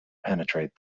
penetrate